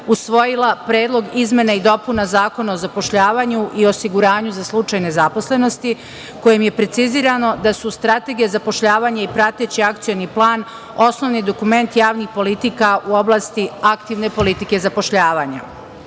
usvojila je Predlog izmena i dopuna Zakona o zapošljavanju i osiguranju za slučaj nezaposlenosti, kojim je precizirano da su strategija zapošljavanja i prateći akcioni plan osnovni dokument javnih politika u oblasti aktivne politike zapošljavanja. Naime,